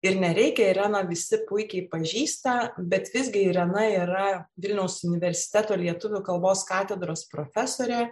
ir nereikia ireną visi puikiai pažįsta bet visgi irena yra vilniaus universiteto lietuvių kalbos katedros profesorė